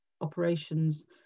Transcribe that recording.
operations